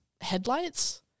headlights